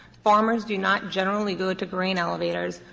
farmers do not generally go to grain elevators,